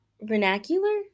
vernacular